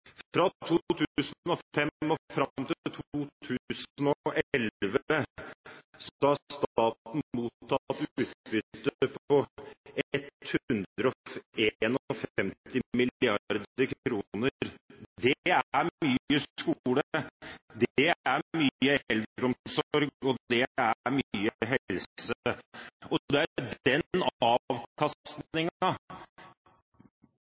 fra selskapene. Fra 2005 og fram til 2011 har staten mottatt utbytte på 151 mrd. kr. Det er mye skole, det er mye eldreomsorg, og det er mye helse. Det er